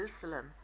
Jerusalem